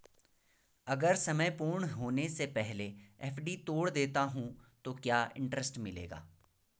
अगर समय पूर्ण होने से पहले एफ.डी तोड़ देता हूँ तो क्या इंट्रेस्ट मिलेगा?